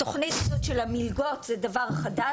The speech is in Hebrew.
התוכנית הזאת של המלגות זה דבר חדש.